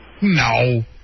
No